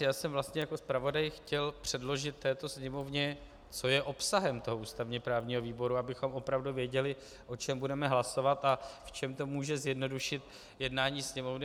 Já jsem vlastně jako zpravodaj chtěl předložit této Sněmovně, co je obsahem toho ústavněprávního výboru, abychom opravdu věděli, o čem budeme hlasovat a v čem to může zjednodušit jednání Sněmovny.